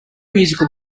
musical